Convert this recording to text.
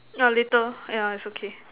nah later ya it's okay